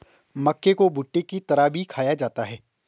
मक्के को भुट्टे की तरह भी खाया जाता है